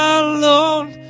alone